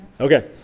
Okay